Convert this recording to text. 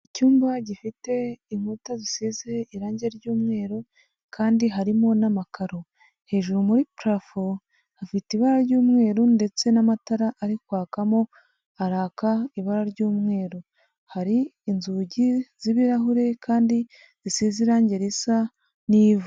Icyumba gifite inkuta zisize irangi ry'umweru kandi harimo n'amakaro, hejuru muri purafo hafite ibara ry'umweru ndetse n'amatara ari kwakamo, araka ibara ry'umweru hari inzugi z'ibirahure kandi zisize irange risa n'ivu.